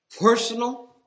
Personal